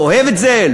אוהב את זה,